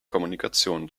kommunikation